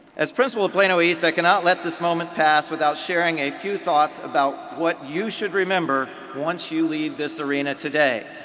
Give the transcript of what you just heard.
as principal of plano east i cannot let this moment pass without sharing a few thoughts about what you should remember once you leave this arena today.